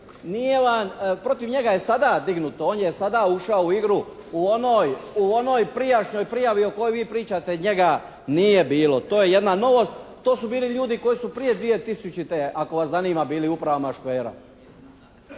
nije vam, protiv njega je sada dignuto. On je sada ušao u igru. U onoj, u onoj prijašnjoj prijavi o kojoj vi pričate njega nije bilo. To je jedna novost. To su bili ljudi koji su prije 2000. ako vas zanima bili u Upravama «Škvera».